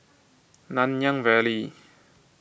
Nanyang Valley